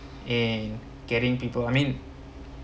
and getting people I mean